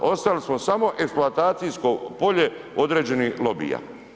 Ostalo smo samo eksploatacijsko polje određenih lobija.